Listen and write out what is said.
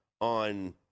on